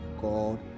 God